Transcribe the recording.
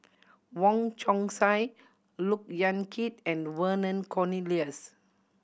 Wong Chong Sai Look Yan Kit and Vernon Cornelius